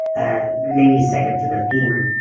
ah maybe second to the femur,